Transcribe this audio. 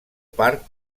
part